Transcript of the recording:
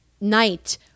night